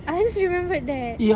I just remembered that